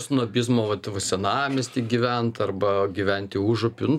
snobizmo vat va senamiesty gyvent arba gyventi užupin